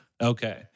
Okay